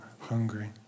hungry